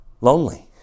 Lonely